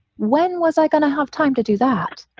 when was i gonna have time to do that?